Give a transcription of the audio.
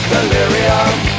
Delirium